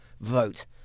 vote